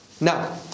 Now